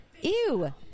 Ew